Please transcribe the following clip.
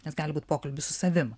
nes gali būt pokalbis su savim